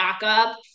backup